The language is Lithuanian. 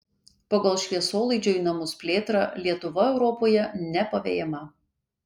pagal šviesolaidžio į namus plėtrą lietuva europoje nepavejama